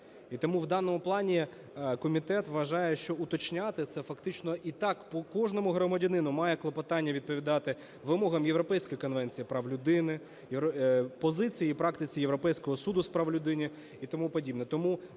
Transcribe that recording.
І тому в даному плані комітет вважає, що уточняти це фактично… І так по кожному громадянину має клопотання відповідати вимогам Європейської конвенції прав людини, позицій і практиці Європейського суду з прав людини і тому подібне.